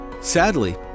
Sadly